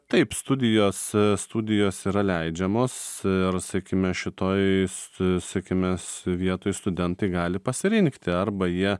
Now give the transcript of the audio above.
taip studijos studijos yra leidžiamos ir sakime šitoj s sakimes vietoj studentai gali pasirinkti arba jie